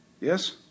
Yes